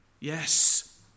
Yes